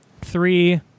three